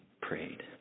prayed